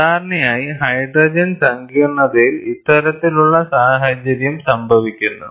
സാധാരണയായി ഹൈഡ്രജൻ സങ്കീർണതയിൽ ഇത്തരത്തിലുള്ള സാഹചര്യം സംഭവിക്കുന്നു